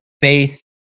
faith